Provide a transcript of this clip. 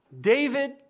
David